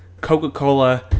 Coca-Cola